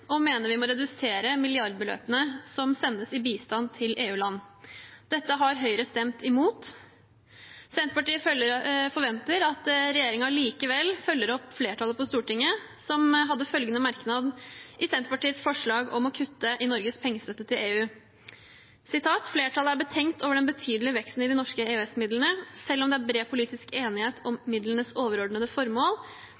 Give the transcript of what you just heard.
og mener vi må redusere milliardbeløpene som sendes i bistand til EU-land. Dette har Høyre stemt imot. Senterpartiet forventer at regjeringen likevel følger opp flertallet på Stortinget, som hadde følgende merknad i innstillingen til Senterpartiets forslag om å kutte i Norges pengestøtte til EU: «Komiteens flertall er betenkt over den betydelige veksten i de norske EØS-midlene. Selv om det er bred politisk enighet om